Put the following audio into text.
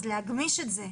אז להגמיש את זה.